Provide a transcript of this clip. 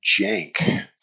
Jank